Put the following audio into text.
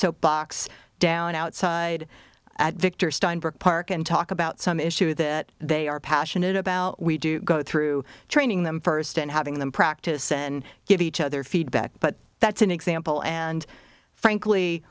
soapbox down outside at victor steinberg park and talk about some issue that they are passionate about we do go through training them first and having them practice and give each other feedback but that's an example and frankly